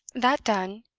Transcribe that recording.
that done,